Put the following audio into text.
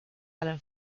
allen